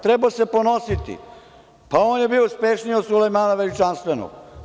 Trebao je da se ponosi, pa on je bio uspešniji od Sulejmana Veličanstvenog.